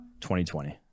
2020